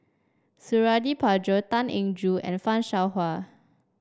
Suradi Parjo Tan Eng Joo and Fan Shao Hua